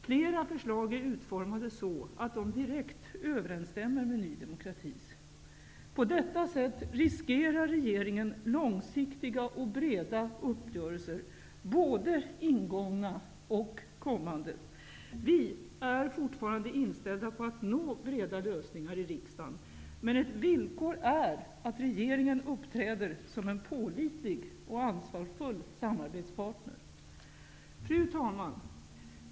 Flera förslag är utformade så att de direkt överensstämmer med Ny demokra tis. På detta sätt äventyrar regeringen långsiktiga och breda uppgörelser -- både ingångna och kom mande. Vi är fortfarande inställda på att nå breda lösningar i riksdagen, men ett villkor är att rege ringen uppträder som en pålitlig och ansvarsfull samarbetspartner. Fru talman!